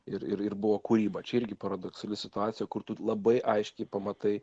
ir ir ir buvo kūryba čia irgi paradoksali situacija kur tu labai aiškiai pamatai